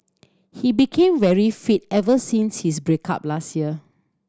he became very fit ever since his break up last year